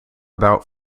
about